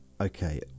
Okay